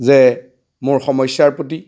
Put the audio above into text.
যে মোৰ সমস্যাৰ প্ৰতি